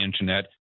internet